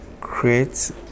create